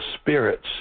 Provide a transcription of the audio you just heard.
spirits